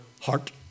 heart